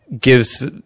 gives